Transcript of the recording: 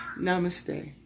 Namaste